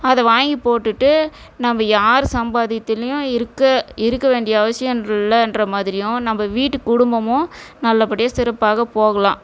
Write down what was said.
அதை வாங்கி போட்டுகிட்டு நம்ப யார் சம்பாதியத்துலையும் இருக்க இருக்க வேண்டிய அவசியம் இல்லைன்ற மாதிரியும் நம்ப வீட்டு குடும்பமும் நல்லபடியாக சிறப்பாக போகலாம்